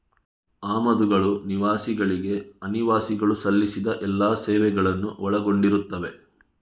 ಆಮದುಗಳು ನಿವಾಸಿಗಳಿಗೆ ಅನಿವಾಸಿಗಳು ಸಲ್ಲಿಸಿದ ಎಲ್ಲಾ ಸೇವೆಗಳನ್ನು ಒಳಗೊಂಡಿರುತ್ತವೆ